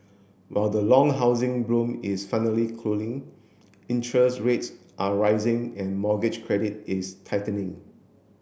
while the long housing boom is finally cooling interest rates are rising and mortgage credit is tightening